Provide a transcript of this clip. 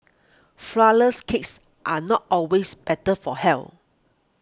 Flourless Cakes are not always better for health